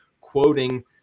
quoting